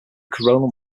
coronal